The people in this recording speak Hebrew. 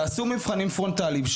תעשו מבחנים פרונטליים.